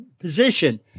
position